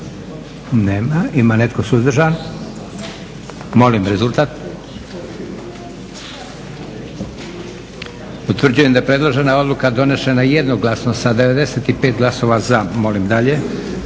Nema. Ima netko suzdržan? Molim rezultat. Utvrđujem da je predložena odluka donešena jednoglasno sa 95 glasova za. Molim dalje.